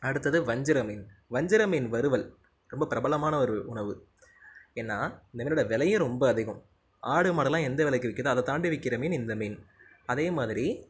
அடுத்தது வஞ்சர மீன் வஞ்சர மீன் வறுவல் ரொம்ப பிரபலமான ஒரு உணவு ஏன்னா இந்த மீனோட விலையும் ரொம்ப அதிகம் ஆடு மாடுலாம் எந்த விலைக்கு விற்கிதோ அதை தாண்டி விற்கிற மீன் இந்த மீன் அதே மாதிரி